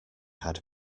had